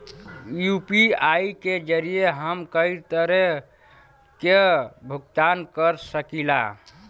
UPI के जरिये हम कई तरे क भुगतान कर सकीला